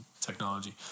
technology